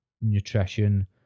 nutrition